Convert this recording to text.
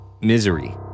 Misery